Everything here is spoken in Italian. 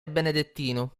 benedettino